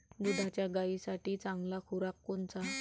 दुधाच्या गायीसाठी चांगला खुराक कोनचा?